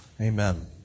Amen